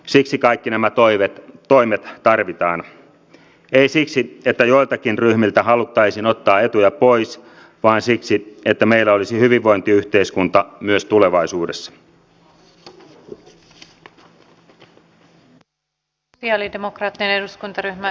siksi kaikki nämä toimet tarvitaan ei siksi että joiltakin ryhmiltä haluttaisiin ottaa etuja pois vaan siksi että meillä olisi hyvinvointiyhteiskunta myös tulevaisuudessa